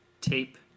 tape